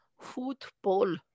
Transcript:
Football